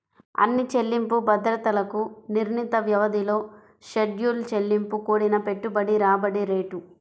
అన్ని చెల్లింపు బాధ్యతలకు నిర్ణీత వ్యవధిలో షెడ్యూల్ చెల్లింపు కూడిన పెట్టుబడి రాబడి రేటు